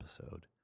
episode